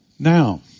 Now